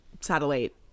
satellite